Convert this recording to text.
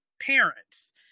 parents